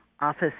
office